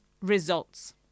results